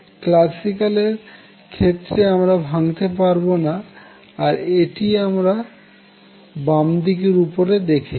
classical এর ক্ষেত্রে আমরা ভাঙ্গতে পারবো না এটি আমরা বামদিকের উপরে দেখাচ্ছি